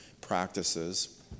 practices